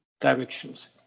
directions